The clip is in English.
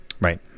right